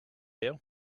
you